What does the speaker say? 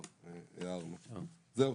זהו.